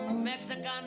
Mexican